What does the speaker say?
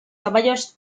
caballos